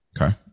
Okay